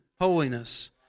holiness